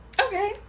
Okay